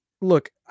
look